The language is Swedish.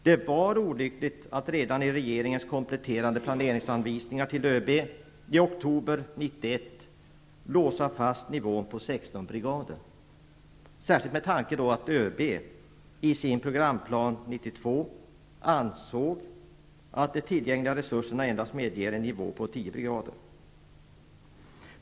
Det var olyckligt att redan i regeringens kompletterande planeringsanvisningar till ÖB i oktober 1991 låsa fast nivån till 16 brigader. Detta särskilt med tanke på att ÖB i sin programplan ÖB 92 ansåg att de tillgängliga resurserna endast medger en nivå på 10 brigader.